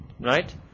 Right